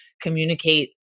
communicate